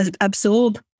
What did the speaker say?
absorb